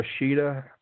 Rashida